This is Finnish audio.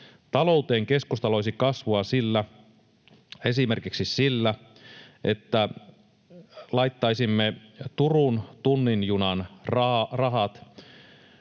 Talouteen keskusta loisi kasvua esimerkiksi sillä, että laittaisimme Turun tunnin junan rahat